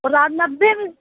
اور آپ نبھے میں